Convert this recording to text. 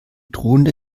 drohende